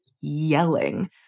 yelling